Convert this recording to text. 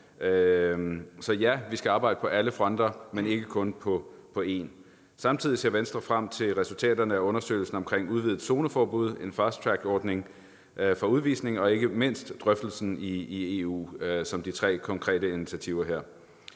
Så ja, vi skal arbejde på alle fronter, ikke kun på en. Samtidig ser Venstre frem til resultaterne af undersøgelsen om udvidet zoneforbud, en fast track-ordning for udvisning og ikke mindst drøftelsen i EU som de tre konkrete initiativer her.